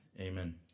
amen